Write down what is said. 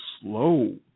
slow